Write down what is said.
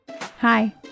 Hi